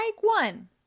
one